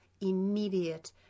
immediate